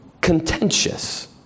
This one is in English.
contentious